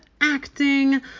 acting